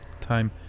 time